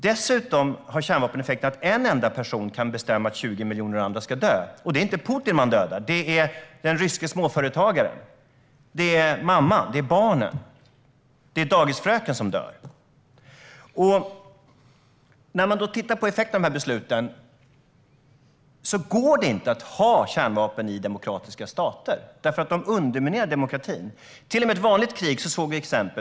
Dessutom har kärnvapen den effekten att en enda person kan bestämma att 20 miljoner andra personer ska dö, och det är inte Putin som man dödar. Det är den ryske småföretagaren, mamman, barnen och dagisfröken som dör. När man tittar på effekten av dessa beslut går det inte att ha kärnvapen i demokratiska stater eftersom de underminerar demokratin. Till och med i ett vanligt krig såg vi sådana exempel.